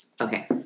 Okay